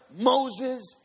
Moses